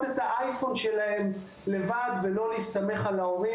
אייפון לבד ולא להסתמך על ההורים,